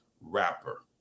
rapper